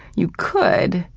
you could,